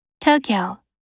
Tokyo